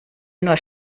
nur